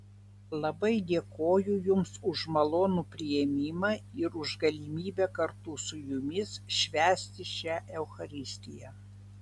labai dėkoju jums už malonų priėmimą ir už galimybę kartu su jumis švęsti šią eucharistiją